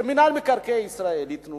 שמינהל מקרקעי ישראל ייתנו